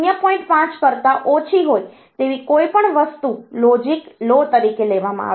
5 કરતા ઓછી હોય તેવી કોઈપણ વસ્તુ લોજિક લો તરીકે લેવામાં આવે છે